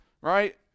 right